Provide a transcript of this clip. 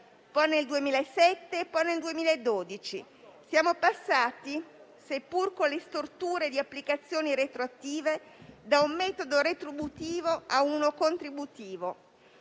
poi nel 2007 e ancora nel 2012: siamo passati, seppur con le storture di applicazioni retroattive, da un metodo retributivo a uno contributivo.